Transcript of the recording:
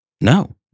no